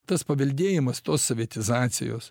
tas paveldėjimas tos sovietizacijos